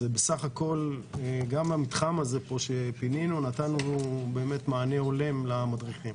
גם המתחם הזה שפינינו, נתנו מענה הולם למדריכים.